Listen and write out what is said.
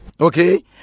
Okay